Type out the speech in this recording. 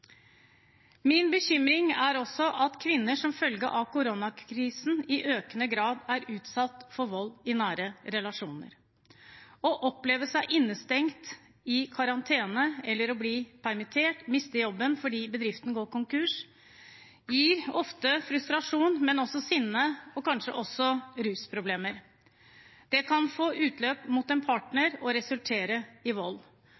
Min bekymring er også at kvinner som følge av koronakrisen i økende grad er utsatt for vold i nære relasjoner. Å oppleve seg innstengt i karantene, eller å bli permittert og miste jobben fordi bedriften går konkurs, gir ofte frustrasjon, men også sinne og kanskje rusproblemer. Det kan få utløp mot en partner og resultere i vold.